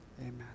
Amen